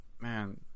man